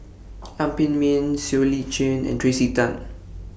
Lam Pin Min Siow Lee Chin and Tracey Tan